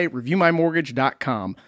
ReviewMyMortgage.com